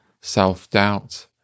self-doubt